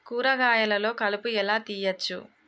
కూరగాయలలో కలుపు ఎలా తీయచ్చు?